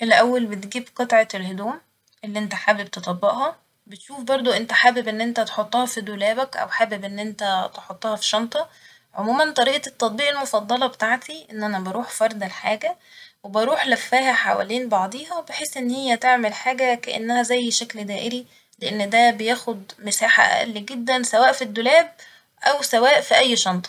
الأول بتجيب قطعة الهدوم اللي انت حابب تطبقها ،بتشوف برضه انت حابب تحطها في دولابك او حابب ان انت تحطها في شنطة ، عموما طريقة التطبيق المفضلة بتاعتي ان انا بروح فاردة الحاجة وبروح لافاها حوالين بعضيها بحيث ان هي تعمل حاجة كانها زي شكل دائري لإن ده بياخد مساجة أقل جدا سواء في الدولاب أو سواء في أي شنطة